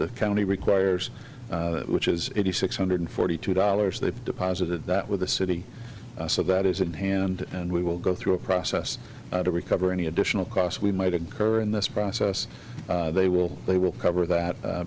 the county requires which is eighty six hundred forty two dollars they've deposited that with the city so that is in hand and we will go through a process to recover any additional costs we might occur in this process they will they will cover that